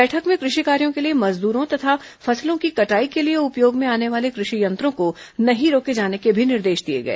बैठक में कृषि कार्यों के लिए मजदूरों तथा फसलों की कटाई के लिए उपयोग में आने वाले कृषि यंत्रों को नहीं रोके जाने के भी निर्देश दिए गए